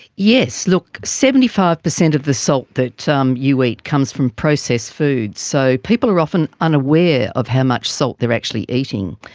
yes. look, seventy five percent of the salt that um you eat comes from processed food. so people are often unaware of how much salt they are actually eating.